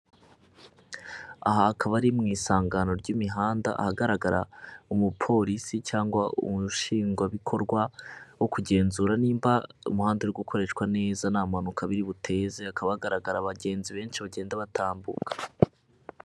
Aha akaba ari mu isangano ry'imihanda, ahagaragara umuporisi cyangwa umushingwabikorwa wo kugenzura nimba umuhanda uri ukoreshwa neza nta mpanuka biri buteze, hakaba hagaragara abagenzi benshi bagenda batambuka.